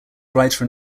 writer